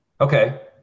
okay